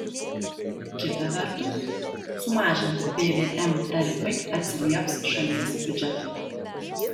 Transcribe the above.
kita vertus sumažinti pvm tarifai atsilieps šalies biudžetui